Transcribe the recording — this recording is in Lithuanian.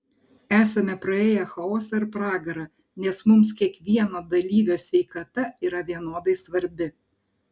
esame praėję chaosą ir pragarą nes mums kiekvieno dalyvio sveikata yra vienodai svarbi